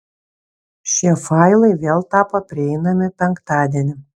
šie failai vėl tapo prieinami penktadienį